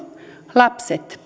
lapset